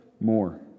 more